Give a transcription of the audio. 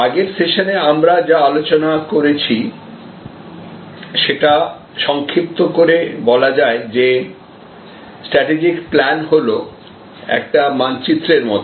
আগের সেশনে আমরা যা আলোচনা করেছি সেটা সংক্ষিপ্ত করে বলা যায় যে স্ট্র্যাটেজিক প্ল্যান হল একটি মানচিত্রের মত